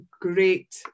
great